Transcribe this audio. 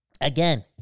Again